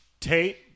Tate